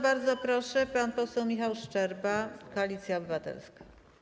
Bardzo proszę, pan poseł Michał Szczerba, Koalicja Obywatelska.